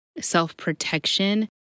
self-protection